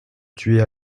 tuer